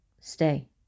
stay